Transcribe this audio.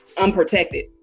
unprotected